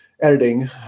editing